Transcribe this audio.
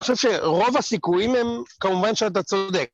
‫אני חושב שרוב הסיכויים ‫הם כמובן שאתה צודק.